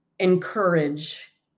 Encourage